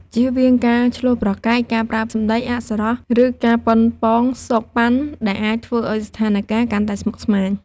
ជៀសវាងការឈ្លោះប្រកែក ការប្រើសម្ដីអសុរោះ ឬការប៉ុនប៉ងស៊កប៉ាន់ ដែលអាចធ្វើឲ្យស្ថានការណ៍កាន់តែស្មុគស្មាញ។